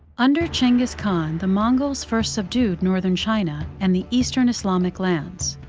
under chinggis khan, the mongols first subdued northern china and the eastern islamic lands.